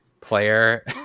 player